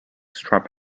strap